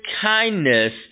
kindness